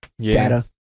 data